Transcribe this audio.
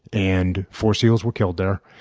and four seals were killed there.